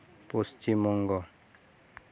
Paschim Banga